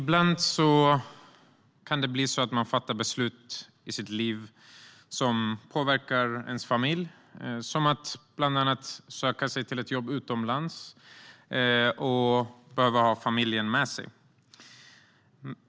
Herr talman! Ibland kan man fatta beslut i livet som påverkar ens familj, som att söka jobb utomlands och då ha familjen med sig.